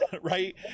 Right